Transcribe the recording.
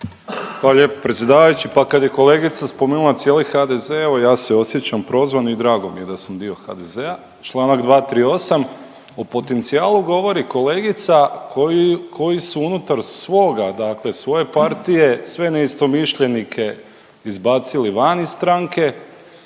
Hvala lijepo predsjedavajući. Pa kad je kolegica spomenula cijeli HDZ, evo ja se osjećam prozvan i drago mi je da sam dio HDZ-a. Čl. 238. O potencijalu govori kolegica koju su unutar svoga, dakle svoje partije sve neistomišljenike izbacili van iz stranke,